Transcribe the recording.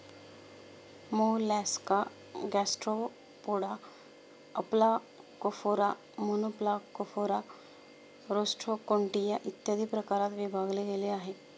Mollusca Gastropoda, Aplacophora, Monoplacophora, Rostroconchia, इत्यादी प्रकारात विभागले गेले आहे